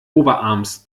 oberarms